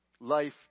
life